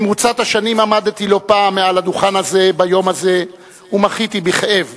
במרוצת השנים עמדתי לא פעם על הדוכן הזה ביום הזה ומחיתי בכאב